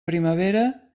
primavera